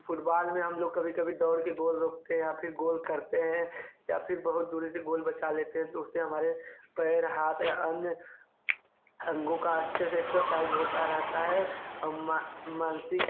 football में हम लोग कभी कभी दौड़ कर गोल रोकते हैं या फिर गोल करते हैं या फिर बहुत दूरी से गोल बचा लेते हैं तो उससे हमारे पैर हाथ अंग अंगो का अच्छे से एक्सरसाइज़ होता रहता है मानसिक